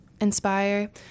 inspire